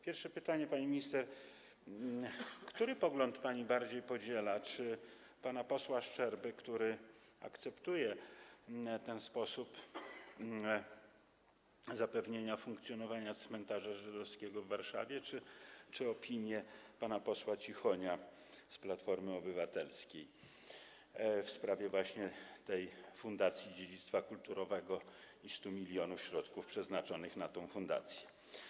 Pierwsze pytanie, pani minister: Który pogląd pani bardziej podziela - czy pana posła Szczerby, który akceptuje ten sposób zapewnienia funkcjonowania cmentarza żydowskiego w Warszawie, czy pana posła Cichonia z Platformy Obywatelskiej w sprawie Fundacji Dziedzictwa Kulturowego i 100 mln środków przeznaczonych na tę fundację?